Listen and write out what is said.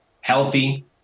healthy